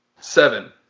Seven